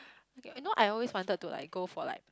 okay you know I always wanted to like go for like